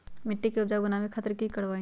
मिट्टी के उपजाऊ बनावे खातिर की करवाई?